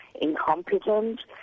incompetent